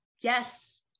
yes